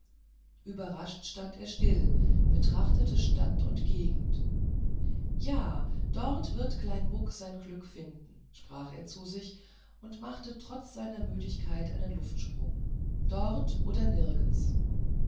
überrascht stand er stille und betrachtete stadt und gegend ja dort wird klein muck sein glück finden sprach er zu sich und machte trotz seiner müdigkeit einen luftsprung dort oder nirgends